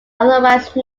otherwise